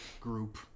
group